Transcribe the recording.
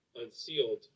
unsealed